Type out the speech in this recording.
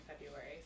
February